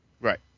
Right